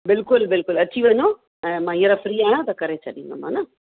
बिल्कुलु बिल्कुलु अची वञो ऐं मां हीअंर फ़्री आहियां त करे छॾींदमि हा न